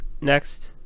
next